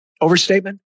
overstatement